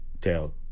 tell